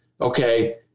Okay